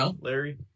Larry